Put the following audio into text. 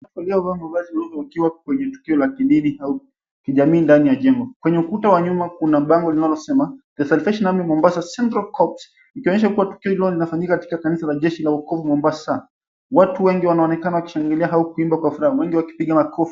Waliovaa mavazi meupe wakiwa kwenye tukio la kidini au kijamii ndani ya jengo. Kwenye ukuta wa nyuma kuna bango linalosema The Salvation Army Mombasa Central Copes ikionyesha kua tukio hilo linafanyika katika kanisa la jeshi la wokovu Mombasa, watu wengi wanaonekana wakishangilia au kuimba kwa furaha wengi wakipiga makofi.